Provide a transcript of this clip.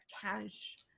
cash